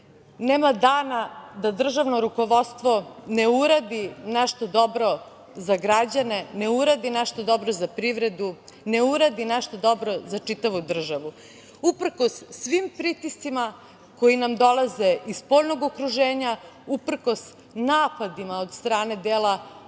Nema dana da državno rukovodstvo ne uradi nešto dobro za građane, ne uradi nešto dobro za privredu, ne uradi nešto dobro za čitavu državu uprkos svim pritiscima koji nam dolaze iz spoljnog okruženja, uprkos napadima od strane dela